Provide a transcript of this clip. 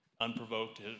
unprovoked